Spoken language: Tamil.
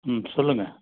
ம் சொல்லுங்க